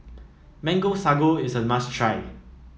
Mango Sago is a must try